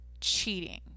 cheating